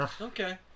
Okay